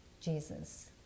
Jesus